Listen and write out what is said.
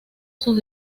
sus